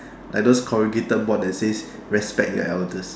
like those corrugated board that says respect the elders